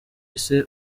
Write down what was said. ese